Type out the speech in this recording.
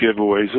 giveaways